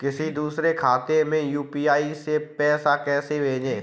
किसी दूसरे के खाते में यू.पी.आई से पैसा कैसे भेजें?